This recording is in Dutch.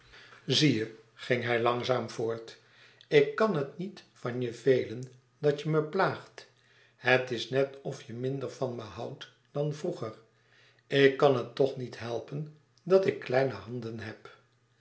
zie je ging hij langzaam voort ik kàn het niet van je velen dat je me plaagt het is net of je minder van me houdt dan vroeger ik kan het toch niet helpen dat ik kleine handen heb